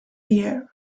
year